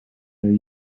their